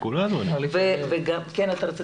קרן, תודה